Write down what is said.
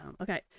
Okay